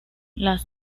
las